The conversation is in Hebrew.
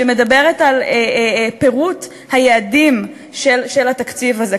שמדברת על פירוט היעדים של התקציב הזה,